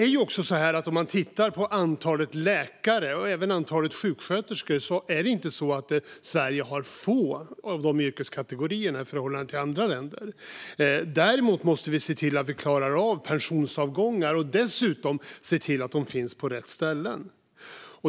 Om man tittar på antalet läkare, och även antalet sjuksköterskor, ser man att Sverige inte har få i de yrkeskategorierna i förhållande till andra länder. Däremot måste vi se till att vi klarar av pensionsavgångar och dessutom se till att personalen finns på rätt ställen.